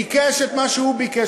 ביקש את מה שהוא ביקש,